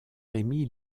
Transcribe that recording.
rémy